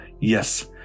Yes